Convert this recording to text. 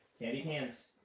can't eat hands.